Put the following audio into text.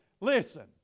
Listen